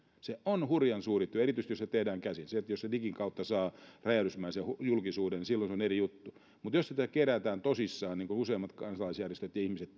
se on hurjan suuri työ erityisesti jos se tehdään käsin jos se digin kautta saa räjähdysmäisen julkisuuden niin silloin se on eri juttu mutta jos sitä kerätään tosissaan niin kuin useimmat kansalaisjärjestöt ja ihmiset